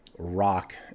rock